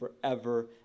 forever